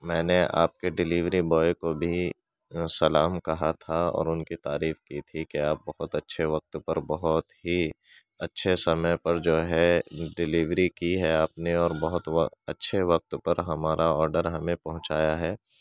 میں نے آپ کے ڈلیوری بوائے کو بھی سلام کہا تھا اور ان کی تعریف کی تھی کہ آپ بہت اچھے وقت پر بہت ہی اچھے سمئے پر جو ہے ڈلیوری کی ہے آپ نے اور بہت اچھے وقت پر ہمارا آرڈر ہمیں پہنچایا ہے